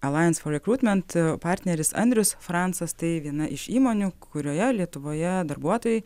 alliance for recruitment partneris andrius francas tai viena iš įmonių kurioje lietuvoje darbuotojai